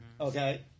Okay